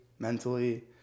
Mentally